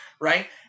right